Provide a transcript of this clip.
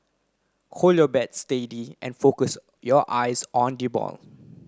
hold your bat steady and focus your eyes on the ball